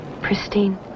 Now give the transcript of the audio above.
Pristine